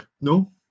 no